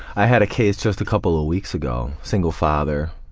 i had a case just a couple ah weeks ago, single father,